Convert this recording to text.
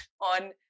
on